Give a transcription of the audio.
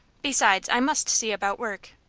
besides, i must see about work.